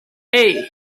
hey